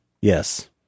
Yes